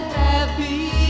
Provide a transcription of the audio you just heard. happy